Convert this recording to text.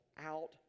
out